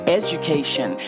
education